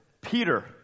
Peter